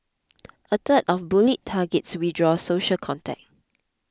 a third of bullied targets withdrew social contact